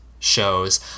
shows